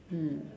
hmm